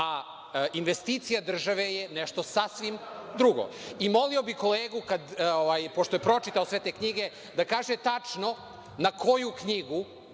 a investicija države je nešto sasvim drugo. Molio bih kolegu, pošto je pročitao sve te knjige, da kaže tačno na koju knjigu